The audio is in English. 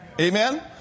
Amen